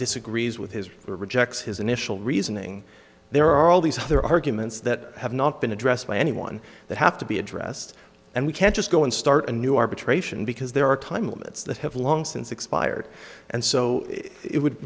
disagrees with his or rejects his initial reasoning there are all these other arguments that have not been addressed by anyone that have to be addressed and we can't just go and start a new arbitration because there are time limits that have long since expired and so it would